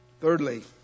Thirdly